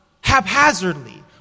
haphazardly